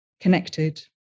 connected